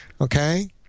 Okay